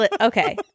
okay